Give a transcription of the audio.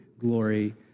glory